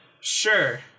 sure